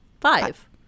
five